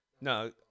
No